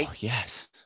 yes